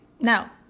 now